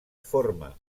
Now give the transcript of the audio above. forma